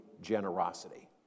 Generosity